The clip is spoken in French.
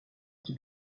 qui